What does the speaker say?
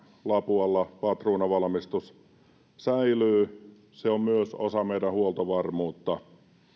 lapualla patruunanvalmistus säilyy se on myös osa meidän huoltovarmuutta